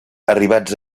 arribats